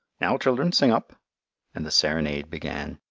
now, children, sing up and the serenade began.